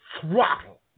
throttle